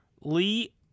Lee